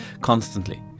constantly